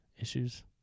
issues